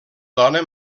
dona